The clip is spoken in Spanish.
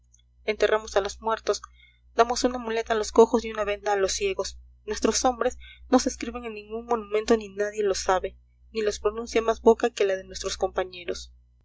enterramos a los muertos damos una muleta a los cojos y una venda a los ciegos nuestros nombres no se escriben en ningún monumento ni nadie los sabe ni los pronuncia más boca que la de nuestros compañeros